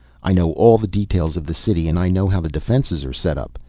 i know all the details of the city and i know how the defenses are set up.